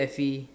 F E